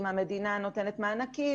אם המדינה נותנת מענקים,